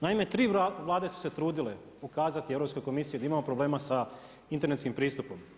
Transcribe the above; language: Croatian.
Naime, tri vlade su se trudile pokazati Europskoj komisiji da imamo problema sa internetskim pristupom.